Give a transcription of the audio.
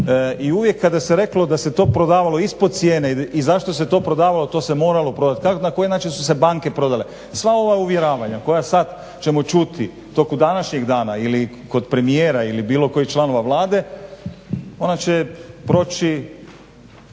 i uvijek kada se to reklo da se to prodavalo ispod cijene i zašto se to prodavalo to se moralo prodati. Na koji način su se banke prodale? Sva ova uvjeravanja koja sada ćemo čuti u toku današnjeg dana ili kod premijera ili kod bilo kojih članova Vlade ono će proći